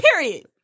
Period